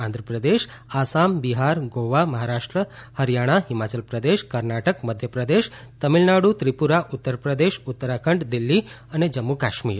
આંધ્રપ્રદેશ આસામ બિહાર ગોવા મહારાષ્ટ્ર હરીયાણા હિમાચલપ્રદેશ કર્ણાટક મધ્યપ્રદેશ તમીળનાડુ ત્રિપુરા ઉત્તરપ્રદેશ ઉત્તરાખંડ દિલ્હી અને જમ્મુ અને કાશ્મીર